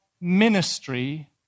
ministry